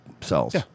cells